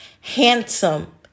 handsome